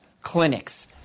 clinics